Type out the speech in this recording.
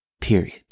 period